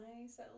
nice